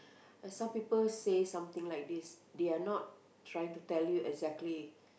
when some people say something like this they are not trying to tell you exactly